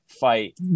fight